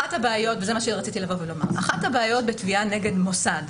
אחת הבעיות בתביעה נגד מוסד,